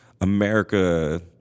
America